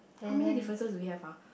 how many differences we have uh